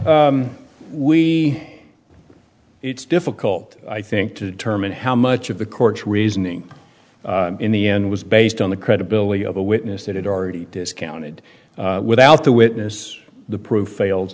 we it's difficult i think to determine how much of the court's reasoning in the end was based on the credibility of a witness that had already discounted without the witness the proof fails